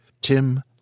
Tim